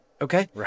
okay